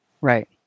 Right